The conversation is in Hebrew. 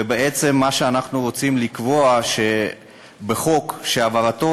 ובעצם מה שאנחנו רוצים לקבוע בחוק זה שהעברתו